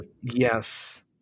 Yes